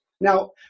Now